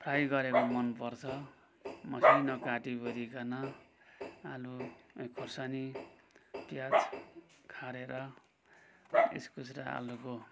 fry गरेको मन पर्छ मसिनो काटीवरिकन आलु खोर्सानी प्याज खारेर इस्कुस र आलुको